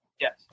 Yes